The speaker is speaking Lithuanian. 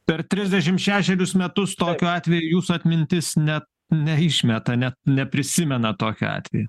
per trisdešimt šešerius metus tokio atvejo jūsų atmintis net neišmeta net neprisimena tokio atvejo